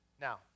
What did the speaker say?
Now